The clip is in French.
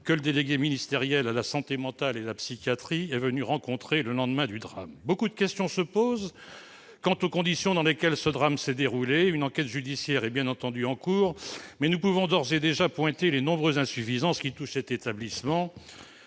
que le délégué ministériel à la santé mentale et à la psychiatrie est venu rencontrer le lendemain du drame. Beaucoup de questions se posent quant aux conditions dans lesquelles il s'est déroulé. Une enquête judiciaire est bien entendu en cours, mais nous pouvons d'ores et déjà pointer les nombreuses insuffisances qui touchent cet établissement.